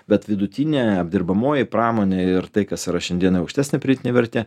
bet vidutinė apdirbamoji pramonė ir tai kas yra šiandienai aukštesnė pridėtinė vertė